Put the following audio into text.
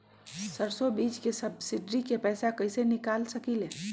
सरसों बीज के सब्सिडी के पैसा कईसे निकाल सकीले?